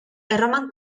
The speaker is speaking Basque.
erroman